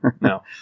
no